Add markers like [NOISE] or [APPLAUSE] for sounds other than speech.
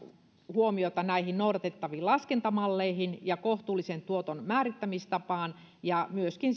huomiota näihin noudatettaviin laskentamalleihin ja kohtuullisen tuoton määrittämistapaan ja myöskin [UNINTELLIGIBLE]